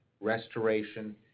restoration